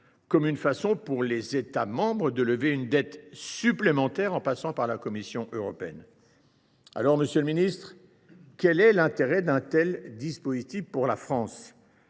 comme une façon pour les États membres de lever une dette supplémentaire en passant par la Commission européenne. Quel est l’intérêt d’un tel dispositif pour la France ?